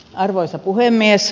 arvoisa puhemies